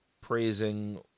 praising